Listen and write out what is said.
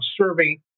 serving